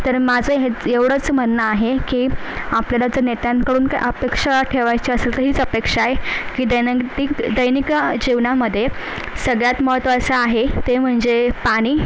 तर माझं हे एवढंच म्हणणं आहे की आपल्याला जर नेत्यांकडून काही अपेक्षा ठेवायची असेल तर हीच अपेक्षा आहे की दैनंदिक दैनिक जीवनामध्ये सगळ्यात महत्त्वाचं आहे ते म्हणजे पाणी